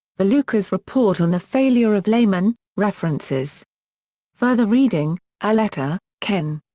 valukas report on the failure of lehman references further reading auletta, ken.